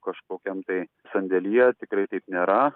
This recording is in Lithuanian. kažkokiam tai sandėlyje tikrai taip nėra